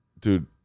Dude